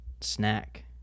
snack